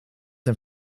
een